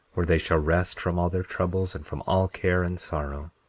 where they shall rest from all their troubles and from all care, and sorrow.